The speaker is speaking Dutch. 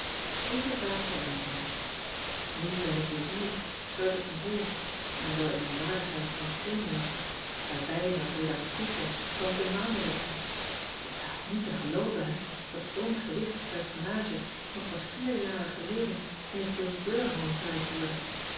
ieve adertje angbeen u ben ik weer hier op ergussen all en wel in mijn waardigheid van enior daarbij nog redactrice van e aandelijksche et is haast niet te gelooven hè dat zoo n gewichtig personage nog pas vier jaren geleden in het ohn rier ome thuis hoorde